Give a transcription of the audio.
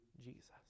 Jesus